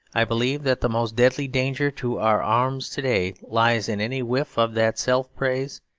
i believe that the most deadly danger to our arms to-day lies in any whiff of that self-praise,